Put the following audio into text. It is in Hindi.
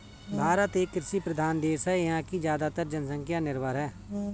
भारत एक कृषि प्रधान देश है यहाँ की ज़्यादातर जनसंख्या निर्भर है